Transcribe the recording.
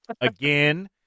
again